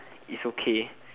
it's okay